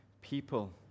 people